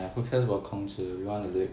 !aiya! who cares about 孔子 we want the lake